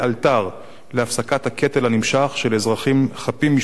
להפסקת הקטל הנמשך של אזרחים חפים מפשע,